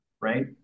right